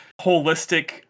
holistic